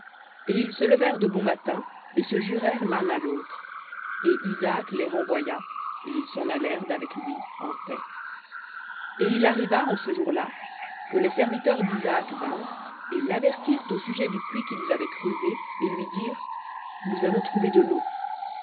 et ils se levèrent de bon matin et se jurèrent l'un à l'autre et isaac les renvoya et ils s'en allèrent d'avec lui en paix et il arriva en ce jour-là que les serviteurs d'isaac vinrent et l'avertirent au sujet du puits qu'ils avaient creusé et lui dirent nous avons trouvé de l'eau